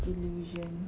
delusion